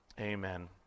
Amen